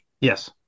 Yes